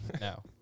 No